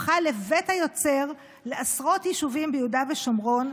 הפכה לבית היוצר לעשרות יישובים ביהודה ושומרון.